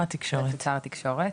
התקשורת,